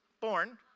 born